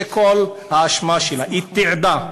זה כל האשמה שלה, היא תיעדה.